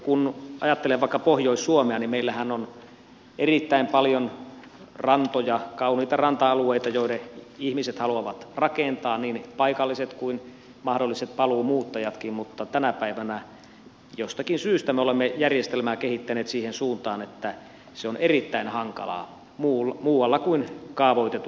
kun ajattelen vaikka pohjois suomea niin meillähän on erittäin paljon rantoja kauniita ranta alueita joille ihmiset haluavat rakentaa niin paikalliset kuin mahdolliset paluumuuttajatkin mutta tänä päivänä jostakin syystä me olemme järjestelmää kehittäneet siihen suuntaan että se on erittäin hankalaa muualla kuin kaavoitetuilla alueilla